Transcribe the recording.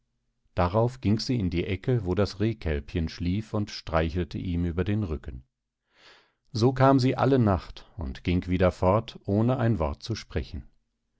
darauf ging sie in die ecke wo das rehkälbchen schlief und streichelte ihm über den rücken so kam sie alle nacht und ging wieder fort ohne ein wort zu sprechen